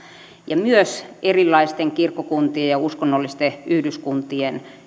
ja myös erilaisten kirkkokuntien ja uskonnollisten yhdyskuntien